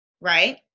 right